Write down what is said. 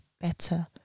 better